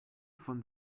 von